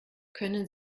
können